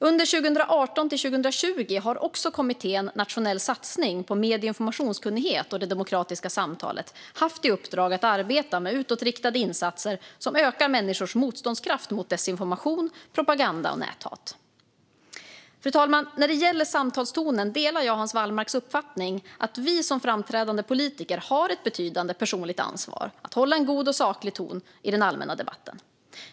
Under 2018-2020 har också kommittén Nationell satsning på medie och informationskunnighet och det demokratiska samtalet haft i uppdrag att arbeta med utåtriktade insatser som ökar människors motståndskraft mot desinformation, propaganda och näthat. Fru talman! När det gäller samtalstonen delar jag Hans Wallmarks uppfattning att vi som framträdande politiker har ett betydande personligt ansvar att hålla en god och saklig ton i den allmänna debatten.